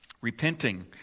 Repenting